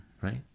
Right